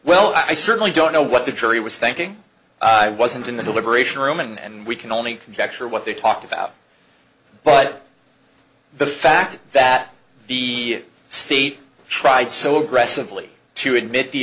well i certainly don't know what the jury was thinking i wasn't in the deliberation room and we can only conjecture what they talked about but the fact that the state tried so aggressively to admit the